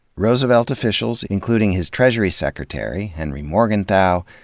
roosevelt officials, including his treasury secretary, henry morgenthau,